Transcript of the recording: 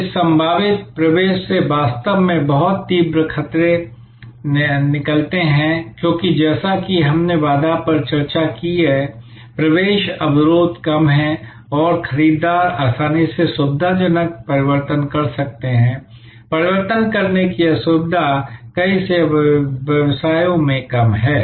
इस संभावित प्रवेश से वास्तव में बहुत तीव्र खतरे निकलते हैं क्योंकि जैसा कि हमने बाधा पर चर्चा की है प्रवेश अवरोध कम है और खरीदार आसानी से सुविधाजनक परिवर्तन कर सकते हैं परिवर्तन करने की असुविधा कई सेवा व्यवसायों में कम है